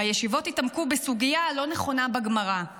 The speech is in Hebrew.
בישיבות התעמקו בסוגיה הלא-נכונה בגמרא";